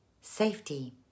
safety